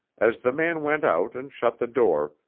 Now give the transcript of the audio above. as the man went out and shut the door,